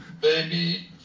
Baby